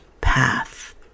path